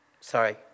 Sorry